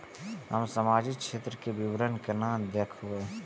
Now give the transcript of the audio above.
हम सामाजिक क्षेत्र के विवरण केना देखब?